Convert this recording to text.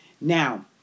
Now